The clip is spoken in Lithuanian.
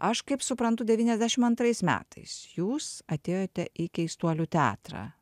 aš kaip suprantu devyniasdešimt antrais metais jūs atėjote į keistuolių teatrą